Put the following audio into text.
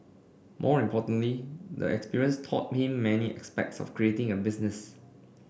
more importantly the experience taught him many aspects of creating a business